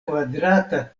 kvadrata